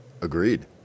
agreed